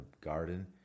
garden